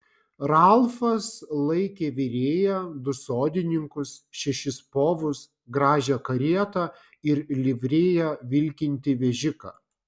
ralfas laikė virėją du sodininkus šešis povus gražią karietą ir livrėja vilkintį vežiką